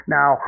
Now